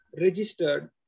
registered